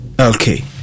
Okay